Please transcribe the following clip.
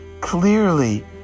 clearly